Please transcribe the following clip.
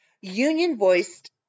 union-voiced